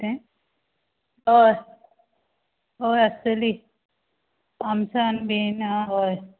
कितें हय हय आसतली आमटान बीन हय